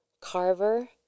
Carver